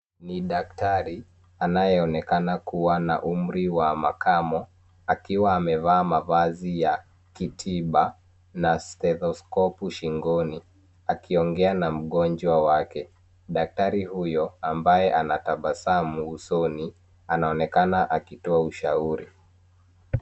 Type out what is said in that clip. Ni daktari anayeonekana kuwa na umri wa makamo, akiwa amevaa mavazi ya kitiba, na stethoskopu shingoni, akiongea na mgonjwa wake. Daktari huyo ambaye anatabasamu usoni, anaonekana akitoa ushauri.